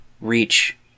reach